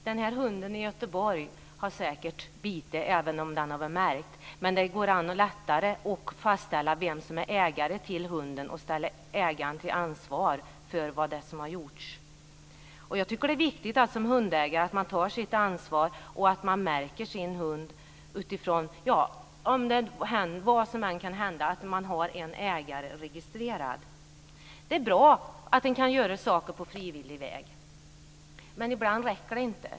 Fru talman! Hunden i Göteborg hade säkert bitit även om den hade varit märkt. Men det hade varit lättare att fastställa vem som var ägare till hunden och ställa ägaren till ansvar för det som hade hänt. Jag tycker att det är viktigt att man som hundägare tar sitt ansvar och märker och registrerar sin hund med tanke på att vad som helst kan hända. Det är bra att man kan åstadkomma saker på frivillig väg. Men ibland räcker det inte.